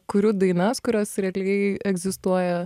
kuriu dainas kurios realiai egzistuoja